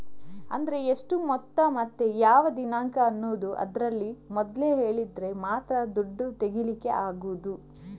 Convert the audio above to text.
ಆದ್ರೆ ಎಷ್ಟು ಮೊತ್ತ ಮತ್ತೆ ಯಾವ ದಿನಾಂಕ ಅನ್ನುದು ಅದ್ರಲ್ಲಿ ಮೊದ್ಲೇ ಹೇಳಿದ್ರೆ ಮಾತ್ರ ದುಡ್ಡು ತೆಗೀಲಿಕ್ಕೆ ಆಗುದು